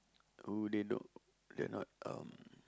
who they know they're not um